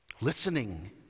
Listening